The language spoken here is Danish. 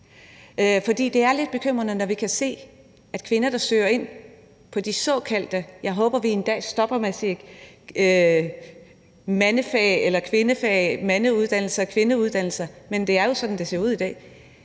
For det er lidt bekymrende, når vi kan se, at kvinder, der søger ind på de såkaldte mandefag – jeg håber, at vi en dag stopper med at sige mandefag eller kvindefag, mandeuddannelser og kvinderuddannelser, men det er jo sådan, det ser ud i dag